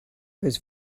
his